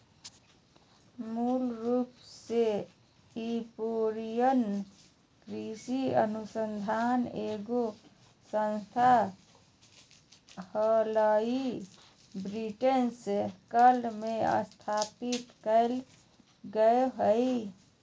मूल रूप से इंपीरियल कृषि अनुसंधान एगो संस्थान हलई, ब्रिटिश काल मे स्थापित कैल गेलै हल